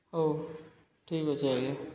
ହଉ ଠିକ୍ ଅଛେ ଆଜ୍ଞା